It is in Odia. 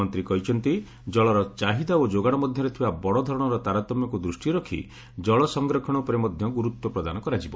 ମନ୍ତ୍ରୀ କହିଛନ୍ତି ଜଳର ଚାହିଦା ଓ ଯୋଗାଣ ମଧ୍ୟରେ ଥିବା ବଡ଼ ଧରଣର ତାରତମ୍ୟକୁ ଦୃଷ୍ଟିରେ ରଖି କଳ ସଂରକ୍ଷଣ ଉପରେ ମଧ୍ୟ ଗୁରୁତ୍ୱ ପ୍ରଦାନ କରାଯିବ